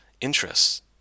interests